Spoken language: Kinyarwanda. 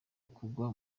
kugwa